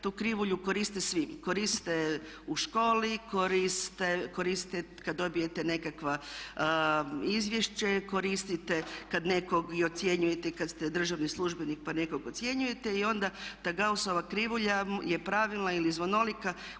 Tu krivulju koriste svi, koriste u školi, koristite kada dobijete nekakvo izvješće, koristite kada nekog i ocjenjujete, kada ste državni službenik pa nekog ocjenjujete i onda ta Gaussova krivulja je pravilna ili zvonolika.